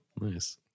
Nice